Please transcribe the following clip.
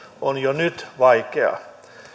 on jo nyt vaikeaa